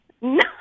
No